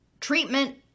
treatment